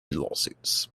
lawsuits